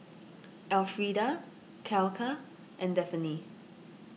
Elfrieda Clella and Daphne